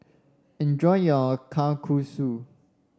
enjoy your Kalguksu